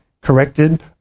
corrected